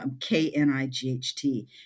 K-N-I-G-H-T